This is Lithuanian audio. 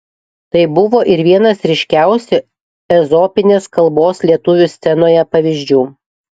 tai buvo ir vienas ryškiausių ezopinės kalbos lietuvių scenoje pavyzdžių